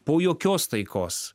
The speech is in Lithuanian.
po jokios taikos